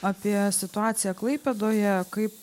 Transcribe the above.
apie situaciją klaipėdoje kaip